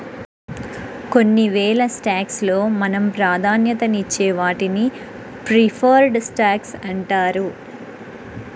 కొన్నివేల స్టాక్స్ లో మనం ప్రాధాన్యతనిచ్చే వాటిని ప్రిఫర్డ్ స్టాక్స్ అంటారు